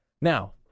Now